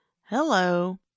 hello